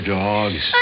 dogs